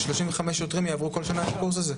ש-35 שוטרים יעברו כל שנה את הקורס הזה?